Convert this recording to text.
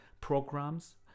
programs